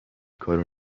کارو